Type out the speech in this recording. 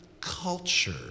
culture